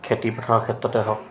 খেতি পথাৰৰ ক্ষেত্ৰতে হওক